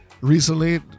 recently